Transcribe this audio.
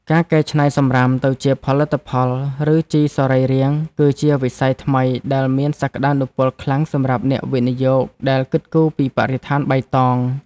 ការកែច្នៃសំរាមទៅជាផលិតផល ឬជីសរីរាង្គគឺជាវិស័យថ្មីដែលមានសក្តានុពលខ្លាំងសម្រាប់អ្នកវិនិយោគដែលគិតគូរពីបរិស្ថានបៃតង។